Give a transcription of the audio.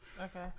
Okay